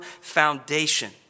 foundation